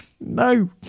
no